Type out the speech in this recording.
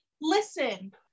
Listen